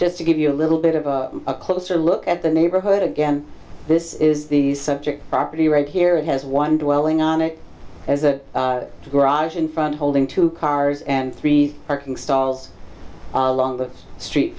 just to give you a little bit of a closer look at the neighborhood again this is the subject property right here it has one dwelling on it as a garage in front holding two cars and three parking stalls along the street